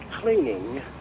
cleaning